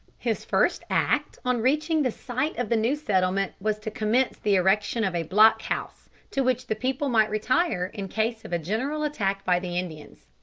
his first act on reaching the site of the new settlement was to commence the erection of a block-house, to which the people might retire in case of a general attack by the indians.